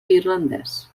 irlandès